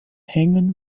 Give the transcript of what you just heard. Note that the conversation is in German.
hängen